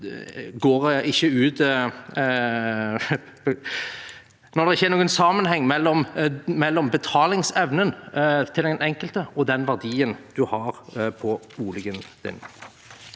for å fjernes, når det ikke er noen sammenheng mellom betalingsevnen til den enkelte og den verdien du har på boligen din.